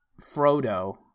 Frodo